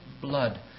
blood